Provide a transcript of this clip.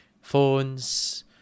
phones